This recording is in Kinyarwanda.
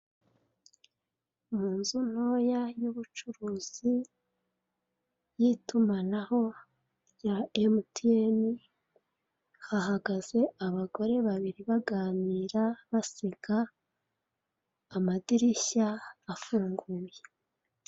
Mu nzu ntoya y'ubucuruzi y'itumanaho rya emutiyeni hahagaze abagore babiri baganira, baseka amadirishya afunguye.